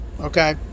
Okay